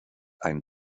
ein